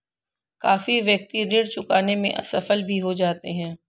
काफी व्यक्ति ऋण चुकाने में असफल भी हो जाते हैं